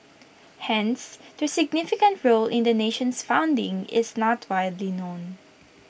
hence their significant role in the nation's founding is not widely known